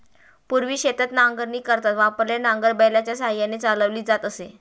पूर्वी शेतात नांगरणी करताना वापरलेले नांगर बैलाच्या साहाय्याने चालवली जात असे